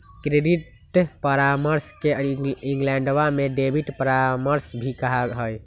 credit परामर्श के इंग्लैंडवा में डेबिट परामर्श भी कहा हई